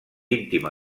íntima